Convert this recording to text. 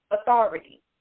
authority